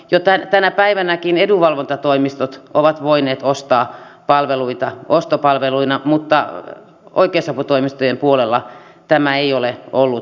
jo tänä päivänäkin edunvalvontatoimistot ovat voineet ostaa palveluita ostopalveluina mutta oikeusaputoimistojen puolella tämä ei ole ollut mahdollista